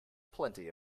plenty